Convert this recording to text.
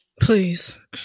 please